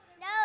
No